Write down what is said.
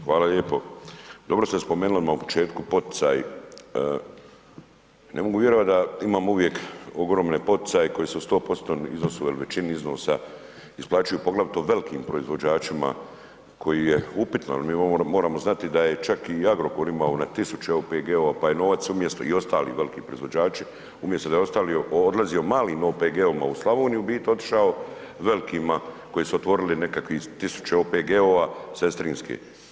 Hvala lijepo, dobro ste spomenuli odma u početku poticaj, ne mogu vjerovati da imamo uvijek ogromne poticaje koji su 100% u iznosu il većini iznosa isplaćuju poglavito velkim proizvođačima, koji je upitno, jer mi moramo znati da je čak i Agrokor imao na tisuće OPG-ova pa je novac umjesto, i ostali velki proizvođači, umjesto da je odlazio malim OPG-ovima u Slavoniji u biti otišao velkima koji su otvorili nekakvih tisuće OPG-ova sestrinske.